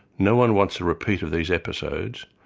no-one wants a repeat of these episodes,